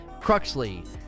Cruxley